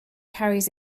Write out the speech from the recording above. carries